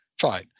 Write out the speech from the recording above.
Fine